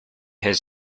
his